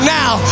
now